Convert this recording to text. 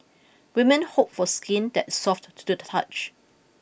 women hope for skin that soft to do the touch